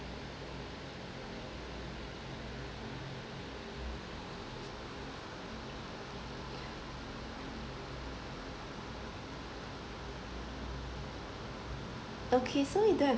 okay so you don't have